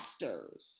masters